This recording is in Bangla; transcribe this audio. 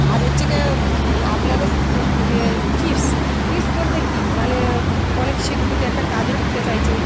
আর হচ্ছে কি আপনাদের ওই টিপস টিপস বলতে কী মানে অনেক শিক্ষিত একটা কাজে ঢুকতে চাইছে